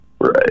Right